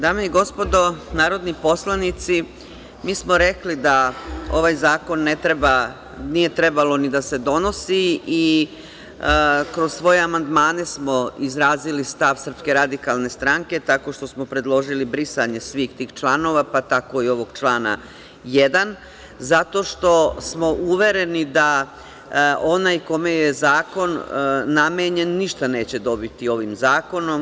Dame i gospodo narodni poslanici, mi smo rekli da ovaj zakon ne treba, nije trebalo ni da se donosi i kroz svoje amandmane smo izrazili stav SRS tako što smo predložili brisanje svih tih članova, pa tako i ovog člana 1, zato što smo uvereni da onaj kome je zakon namenjen ništa neće dobiti ovim zakonom.